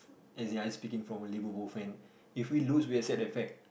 as in I speaking from a Liverpool fan if we lose we accept that fact